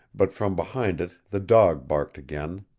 but from behind it the dog barked again,